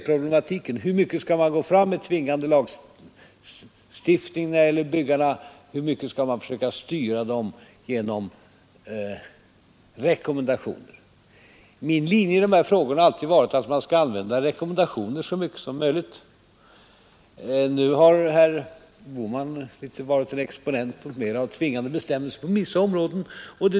Problematiken är hur mycket man skall gå fram med tvingande lagstiftning när det gäller byggen och hur mycket man skall försöka styra dem genom rekommendationer. Min linje har alltid varit att man bör använda rekommendationer så mycket som möjligt. Nu har herr Bohman tydligen varit en exponent för mera av tvingande bestämmelser på vissa områden.